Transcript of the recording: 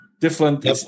Different